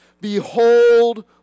behold